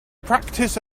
practiced